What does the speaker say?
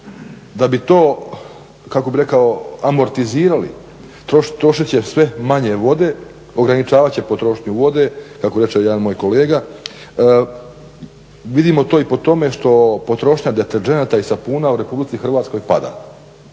a građani da bi to amortizirali trošit će sve manje vode, ograničavat će potrošnju vode kako reče jedan moj kolega. Vidimo to i po tome što potrošnja deterdženata i sapuna u Republici Hrvatskoj pada.